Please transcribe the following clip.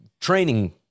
training